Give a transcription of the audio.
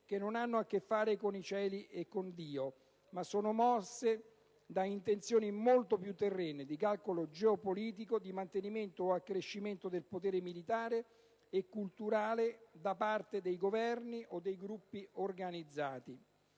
che non hanno a che fare con i cieli e con Dio ma sono mosse da intenzioni molto più terrene di calcolo geopolitico, di mantenimento o accrescimento del potere militare e culturale da parte dei Governi o dei gruppi organizzati.